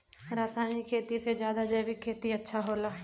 रासायनिक खेती से ज्यादा जैविक खेती अच्छा होला